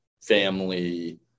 family